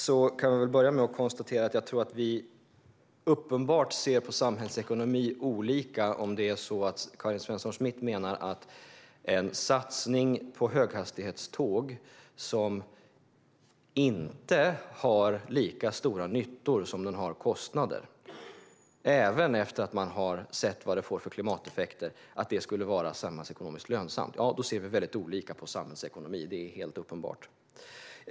Uppenbart ser vi olika på samhällsekonomi om Karin Svensson Smith menar att en satsning på höghastighetståg skulle vara samhällsekonomiskt lönsam trots att den inte har lika stora nyttor som kostnader även efter att man sett på klimateffekterna. Då är det helt uppenbart att vi ser helt olika på samhällsekonomi.